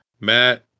Matt